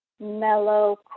mellow